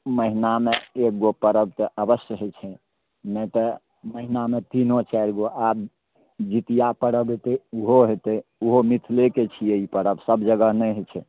महिनामे एगो परब तऽ अबस्स होइ छै नहि तऽ महिनामे तीनो चारि गो आब जितिआ परब अएतै ओहो हेतै ओहो मिथिलेके छिए ई परब सब जगह नहि होइ छै